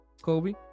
Kobe